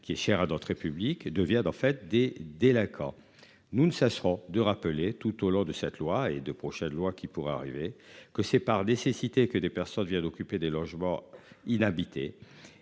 qui est cher à d'autres républiques de viande en fait des délinquants. Nous ne cesserons de rappeler tout au long de cette loi et de projets de loi qui pourrait arriver que c'est par nécessité que des personnes viennent d'occuper des logements inhabités